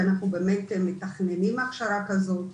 ואנחנו באמת מתכננים הכשרה כזאת.